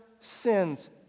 sins